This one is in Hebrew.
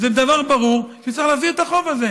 זה דבר ברור שצריך להחזיר את החוב הזה.